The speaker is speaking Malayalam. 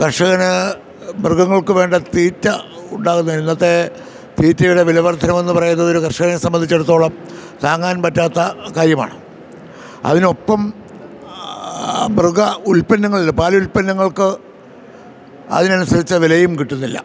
കർഷകന് മൃഗങ്ങൾക്ക് വേണ്ട തീറ്റ ഉണ്ടാകുന്ന ഇന്നത്തെ തീറ്റയുടെ വില വർദ്ധനവെന്ന് പറയുന്നതൊരു കർഷകനെ സംബന്ധിച്ചിടത്തോളം താങ്ങാൻ പറ്റാത്ത കാര്യമാണ് അതിനൊപ്പം ആ മൃഗ ഉല്പന്നങ്ങളിലും പാലുല്പന്നങ്ങൾക്ക് അതിനനുസരിച്ച വിലയും കിട്ടുന്നില്ല